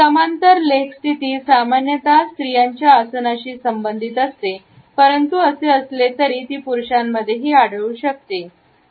समांतर लेग स्थिती सामान्यत स्त्रियांच्या आसनांशी संबंधित असते परंतु असे असले तरी ती पुरुषांमध्येही आढळू शकते